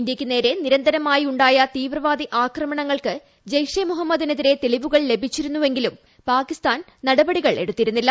ഇന്ത്യക്ക് നേരെ നിരന്തരമായി ഉ ായ തീവ്രവാദി ആക്രമണങ്ങൾക്ക് ജെയ്ഷെ മുഹമ്മദിനെതിരെ തെളിവുകൾ ലഭിച്ചിരുന്നെങ്കിലും പാകിസ്ഥാൻ നടപടികൾ എടുത്തിരുന്നില്ല